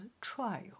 trial